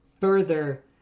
further